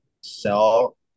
sell